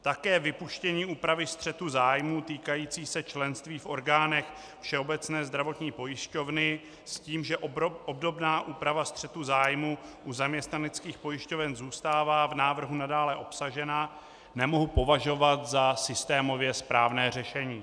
Také vypuštění úpravy střetu zájmů týkající se členství v orgánech Všeobecné zdravotní pojišťovny s tím, že obdobná úprava střetu zájmů u zaměstnaneckých pojišťoven zůstává v návrhu nadále obsažena, nemohu považovat za systémově správné řešení.